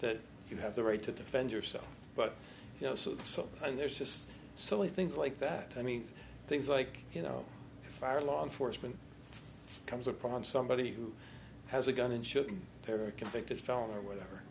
that you have the right to defend yourself but you know so so and there's just silly things like that i mean things like you know fire law enforcement comes upon somebody who has a gun and shooting her a convicted felon or whatever